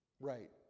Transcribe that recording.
right